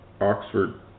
oxford